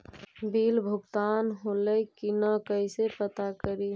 Bill भुगतान होले की न कैसे पता करी?